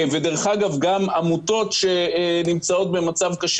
וגם עמותות שנמצאות במצב קשה